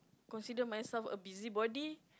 consider myself a busybody